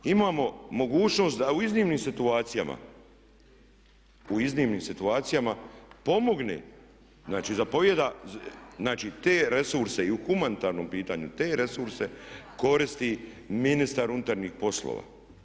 Imamo mogućnost da u iznimnim situacijama, u iznimnim situacijama pomogne, znači zapovijeda, znači te resurse i u humanitarnom pitanju te resurse koristi ministar unutarnjih poslova.